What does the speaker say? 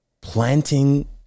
planting